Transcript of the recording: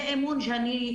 זה אמון שאני,